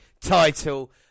Title